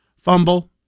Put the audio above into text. fumble